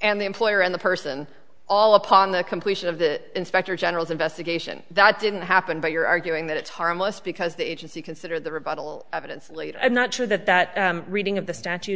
and the employer and the person all upon the completion of the inspector general's investigation that didn't happen but you're arguing that it's harmless because the agency considered the rebuttal evidence late i'm not sure that that reading of the statute